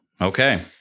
okay